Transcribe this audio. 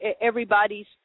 Everybody's